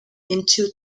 into